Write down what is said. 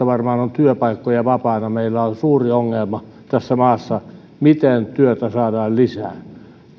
varmaan on työpaikkoja vapaana meillä on suuri ongelma tässä maassa miten työtä saadaan lisää